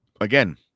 again